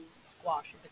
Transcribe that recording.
squash